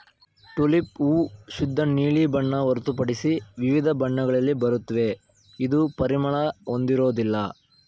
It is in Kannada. ಟುಲಿಪ್ ಹೂ ಶುದ್ಧ ನೀಲಿ ಬಣ್ಣ ಹೊರತುಪಡಿಸಿ ವಿವಿಧ ಬಣ್ಣಗಳಲ್ಲಿ ಬರುತ್ವೆ ಇದು ಪರಿಮಳ ಹೊಂದಿರೋದಿಲ್ಲ